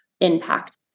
impact